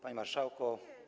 Panie Marszałku!